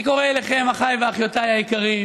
אני קורא אליכם, אחיי ואחיותיי היקרים,